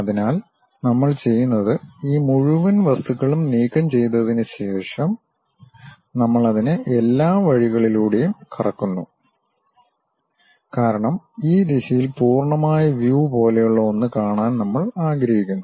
അതിനാൽ നമ്മൾ ചെയ്യുന്നത് ഈ മുഴുവൻ വസ്തുക്കളും നീക്കം ചെയ്തതിനുശേഷം നമ്മൾ അതിനെ എല്ലാ വഴികളിലൂടെയും കറക്കുന്നു കാരണം ഈ ദിശയിൽ പൂർണ്ണമായ വ്യൂ പോലുള്ള ഒന്ന് കാണാൻ നമ്മൾ ആഗ്രഹിക്കുന്നു